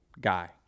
guy